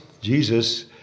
Jesus